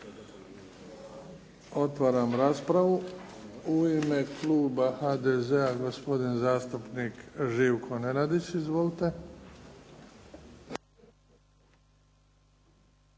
Otvaram raspravu. U ime kluba HDZ-a gospodin zastupnik Živko Nenadić. Izvolite.